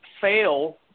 fail